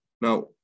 Now